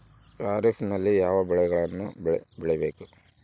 ಖಾರೇಫ್ ನಲ್ಲಿ ಯಾವ ಬೆಳೆಗಳನ್ನು ಬೆಳಿಬೇಕು?